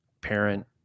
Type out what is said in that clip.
parent